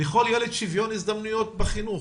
לכל ילד שוויון הזדמנויות בחינוך.